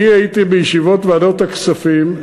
אני הייתי בישיבות ועדות הכספים.